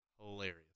Hilarious